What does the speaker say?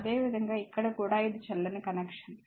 అదేవిధంగా ఇక్కడ కూడా ఇది చెల్లని కనెక్షన్